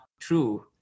true